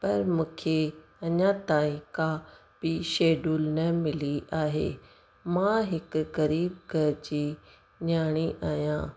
पर मूंखे अञा ताईं का बि शैड्यूल न मिली आहे मां हिकु ग़रीब घर जी नयाणी आहियां